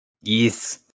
Yes